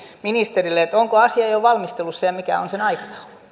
ministerille kuuluukin onko asia jo valmistelussa ja mikä on sen